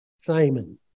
Simon